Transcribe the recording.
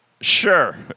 Sure